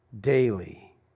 daily